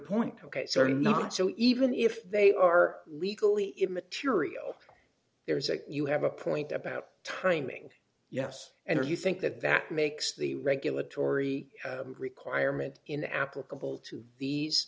certainly not so even if they are legally immaterial there's a you have a point about timing yes and you think that that makes the regulatory requirement in applicable to these